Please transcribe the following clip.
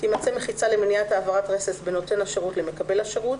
תימצא מחיצה למניעת העברת רסס בין נותן השירות למקבל השירות,